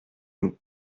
nous